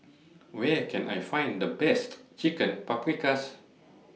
Where Can I Find The Best Chicken Paprikas